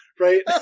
Right